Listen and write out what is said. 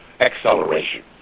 acceleration